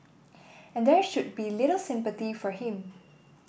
and there should be little sympathy for him